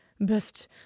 best